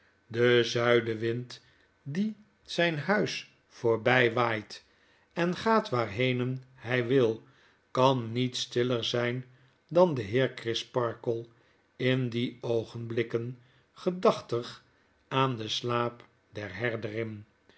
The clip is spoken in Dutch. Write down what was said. de zuidenwind die zijn huis voorby waait en gaat waarhenen hy wil kan niet stiller zijn dn de heer crisparkle in die oogenblikken gedaohtig aan den slaap der